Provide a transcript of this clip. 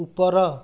ଉପର